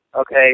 Okay